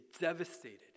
devastated